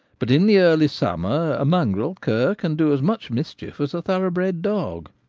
but in the early summer a mongrel cur can do as much mischief as a thoroughbred dog.